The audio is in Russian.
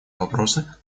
вопросы